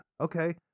Okay